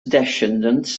descendants